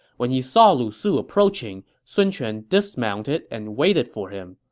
when he saw lu su approaching, sun quan dismounted and waited for him,